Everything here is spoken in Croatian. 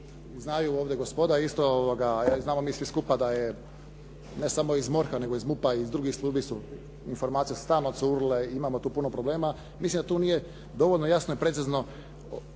znaju ovdje gospoda isto a znamo i mi svi skupa da je ne samo iz MORH-a nego i iz MUP-a i iz drugih službi su informacije stalno curile i imamo tu puno problema. Mislim da tu nije dovoljno jasno i precizno